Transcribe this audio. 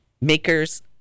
Maker's